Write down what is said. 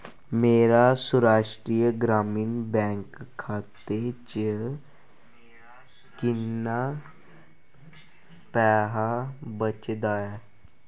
मेरा सौराश्ट्रीय ग्रामीण बैंक खाते च किन्ना पैहा बचे दा ऐ